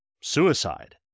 suicide